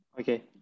okay